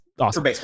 awesome